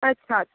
अच्छा अच्छा